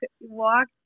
walk